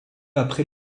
après